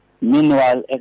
Meanwhile